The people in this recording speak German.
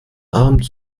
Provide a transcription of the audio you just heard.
abend